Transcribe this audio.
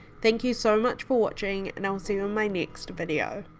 thank you so much for watching and i will see you in my next video.